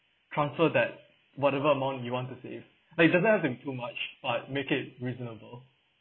transfer that whatever amount you want to save but it doesn't have to too much but make it reasonable